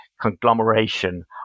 conglomeration